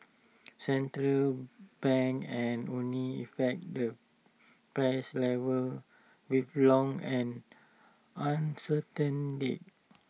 central banks can only affect the price level with long and uncertain lags